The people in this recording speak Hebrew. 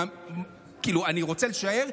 אני רוצה לשער,